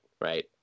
Right